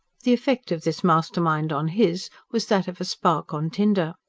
the effect of this master-mind on his was that of a spark on tinder.